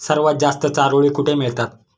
सर्वात जास्त चारोळी कुठे मिळतात?